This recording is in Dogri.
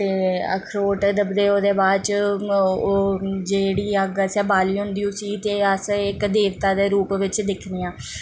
अखरोट दबदे ओह्दे बाद ओह् जेह्ड़ी अग्ग असें बाली दी होंदी उसी ते अस इक देवता दे रूप बिच्च दिक्खने आं